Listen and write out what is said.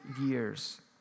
years